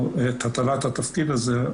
או את הטלת התפקיד הזה,